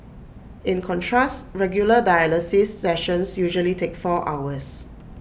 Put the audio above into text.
in contrast regular dialysis sessions usually take four hours